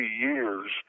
years